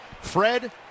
Fred